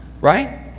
right